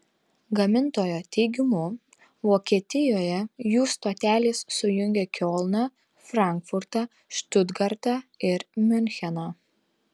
gamintojo teigimu vokietijoje jų stotelės sujungia kiolną frankfurtą štutgartą ir miuncheną